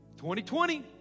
2020